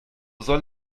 soll